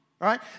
right